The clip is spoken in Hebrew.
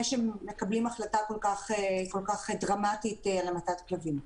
שמקבלים החלטה כל-כך דרמטית על המתת כלבים.